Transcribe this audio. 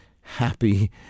happy